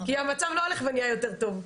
כי המצב לא הולך ונהיה יותר טוב.